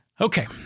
Okay